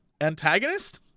antagonist